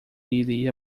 iria